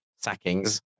sackings